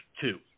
two